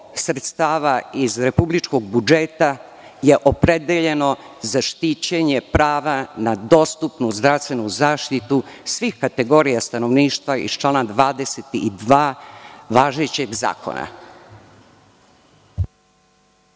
iz republičkog budžeta je opredeljeno za štićenje prava na dostupnu zdravstvenu zaštitu svih kategorija stanovništva iz člana 22. važećeg zakona.